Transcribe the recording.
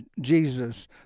Jesus